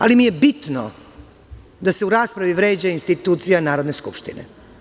Ali mi je bitno da se u raspravi vređa institucija Narodne skupštine.